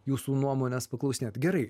jūsų nuomonės paklausinėt gerai